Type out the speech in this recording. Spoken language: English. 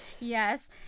Yes